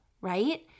right